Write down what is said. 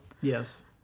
Yes